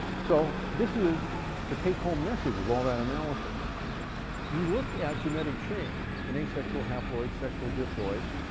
so this is the take-home message of all that analysis you look at genetic change, in asexual haploids, sexual diploids,